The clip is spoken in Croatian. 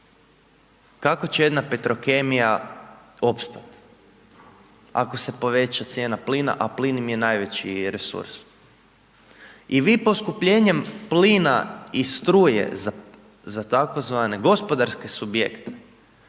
kako će jedna Petrokemija opstati ako se poveća cijena plina, a plin im je najveći resurs. I vi poskupljenjem plina i struje za tzv. gospodarske subjekte,